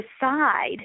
decide